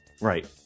Right